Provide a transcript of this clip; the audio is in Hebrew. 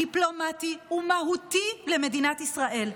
דיפלומטי ומהותי על מדינת ישראל.